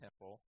temple